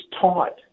taught